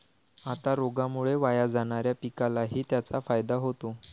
आता रोगामुळे वाया जाणाऱ्या पिकालाही त्याचा फायदा होतो